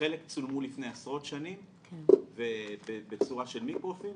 חלק צולמו לפני עשרות שנים בצורה של מיקרופילם